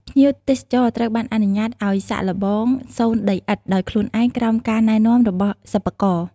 ភ្ញៀវទេសចរត្រូវបានអនុញ្ញាតឱ្យ សាកល្បង សូនដីឥដ្ឋដោយខ្លួនឯងក្រោមការណែនាំរបស់សិប្បករ។